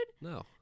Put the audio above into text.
No